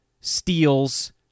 steals